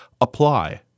apply